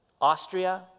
Austria